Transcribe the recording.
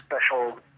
special